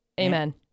Amen